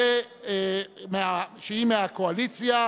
שהיא מהקואליציה,